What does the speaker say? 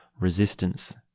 resistance